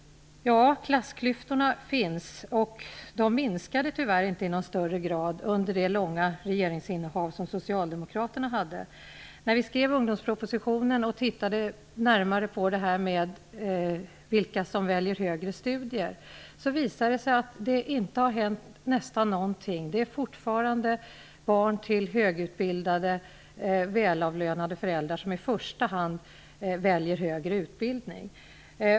Klassklyftorna finns, och de minskade tyvärr inte i någon större utsträckning under Socialdemokraternas långa regeringsinnehav. När vi skrev ungdomspropositionen och tittade närmare på vilka som väljer högre studier visade det sig att det nästan inte har hänt någonting. Det är fortfarande barn till högutbildade välavlönade föräldrar som i första hand väljer högre utbildning.